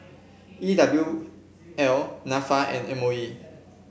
E W L NAFA and M O E